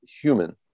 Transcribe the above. human